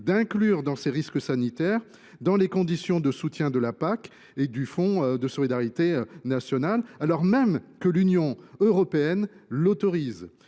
d’inclure l’aléa sanitaire dans les conditions de soutien de la PAC et du fonds de solidarité nationale, alors même que l’Union européenne l’autorise